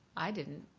i didn't.